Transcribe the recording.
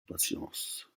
patience